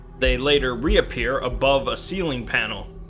they later reappear above a ceiling panel,